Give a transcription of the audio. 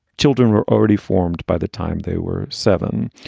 children were already formed by the time they were seven.